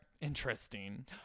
interesting